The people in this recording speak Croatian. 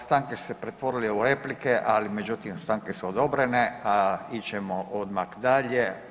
Stanke ste pretvorili u replike ali međutim stanke su odobrene a ići ćemo odmah dalje.